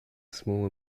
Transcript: small